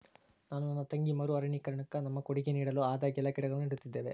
ನಾನು ನನ್ನ ತಂಗಿ ಮರು ಅರಣ್ಯೀಕರಣುಕ್ಕ ನಮ್ಮ ಕೊಡುಗೆ ನೀಡಲು ಆದಾಗೆಲ್ಲ ಗಿಡಗಳನ್ನು ನೀಡುತ್ತಿದ್ದೇವೆ